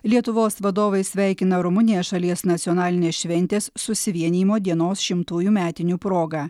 lietuvos vadovai sveikina rumuniją šalies nacionalinės šventės susivienijimo dienos šimtųjų metinių proga